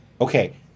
Okay